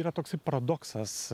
yra toksai paradoksas